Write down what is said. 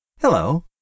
Hello